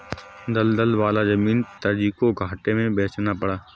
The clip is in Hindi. दलदल वाला जमीन पिताजी को घाटे में बेचना पड़ा